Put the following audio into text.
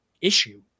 issue